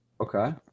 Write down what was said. Okay